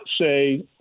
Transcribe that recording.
say –